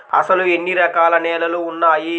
అసలు ఎన్ని రకాల నేలలు వున్నాయి?